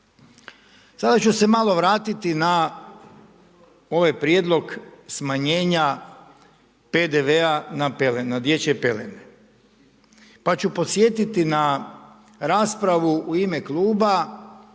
Sada ću se malo vratiti na ovaj prijedlog smanjenja PDV-a na dječje pelene pa ću podsjetiti na raspravu u ime Kluba